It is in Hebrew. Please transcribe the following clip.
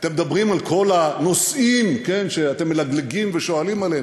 אתם מדברים על כל הנושאים שאתם מלגלגים ושואלים עליהם.